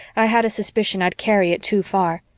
i had a suspicion i'd carry it too far.